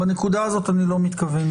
אבל בנקודה הזאת אני לא מתכוון.